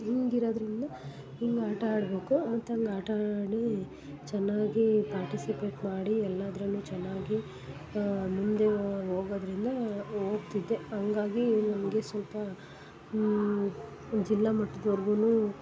ಹಿಂಗೆ ಇರೋದರಿಂದ ಹಿಂಗೆ ಆಟ ಆಡಬೇಕು ಮತ್ತು ಹಂಗೆ ಆಟ ಆಡಿ ಚೆನ್ನಾಗಿ ಪಾರ್ಟಿಸಿಪೇಟ್ ಮಾಡಿ ಎಲ್ಲಾದರಲ್ಲೂ ಚೆನ್ನಾಗಿ ಮುಂದೆ ಹೋಗೋದ್ರಿಂದ ಹೋಗ್ತಿದ್ದೆ ಹಂಗಾಗಿ ನಮಗೆ ಸ್ವಲ್ಪ ಜಿಲ್ಲ ಮಟ್ಟದ್ವರ್ಗುನು